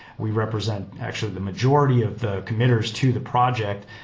we represent actually the majority of the committers to the project,